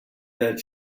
that